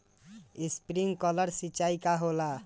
Sprinkler सिंचाई का होला?